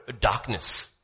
darkness